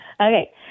Okay